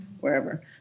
wherever